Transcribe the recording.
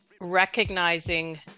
recognizing